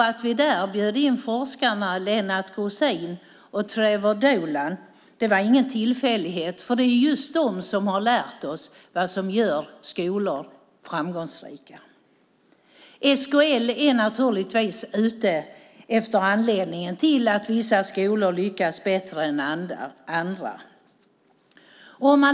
Att vi där bjöd in forskarna Lennart Grosin och Trevor Dolan var ingen tillfällighet. Det är just de som har lärt oss vad som gör skolor framgångsrika. SKL är naturligtvis ute efter att hitta anledningen till att vissa skolor lyckas bättre än andra.